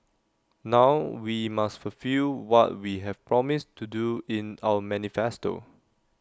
now we must fulfil what we have promised to do in our manifesto